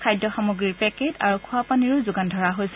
খাদ্য সামগ্ৰীৰ পেকেট আৰু খোৱাপানীৰো যোগান ধৰা হৈছে